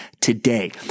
today